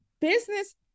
business